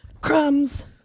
crumbs